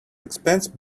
expense